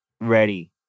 ready